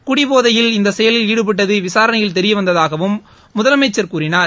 குடிபோதையில் இந்தசெயலில் ஈடுபட்டதுவிசாரணையில் தெரியவந்ததாகவும் முதலமைச்சா் கூறினார்